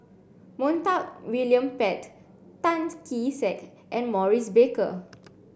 Montague William Pett Tan Kee Sek and Maurice Baker